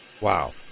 Wow